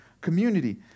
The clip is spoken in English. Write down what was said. community